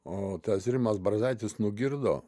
o tas rimas brazaitis nugirdo